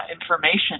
information